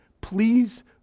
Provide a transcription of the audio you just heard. please